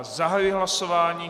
Zahajuji hlasování.